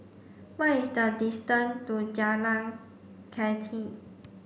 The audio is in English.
what is the distance to Jalan Kathi